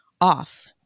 off